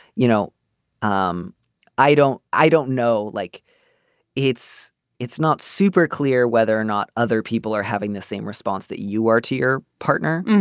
you know um i don't i don't know. like it's it's not super clear whether or not other people are having the same response that you are to your partner.